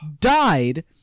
died